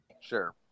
Sure